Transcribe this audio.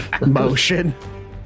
motion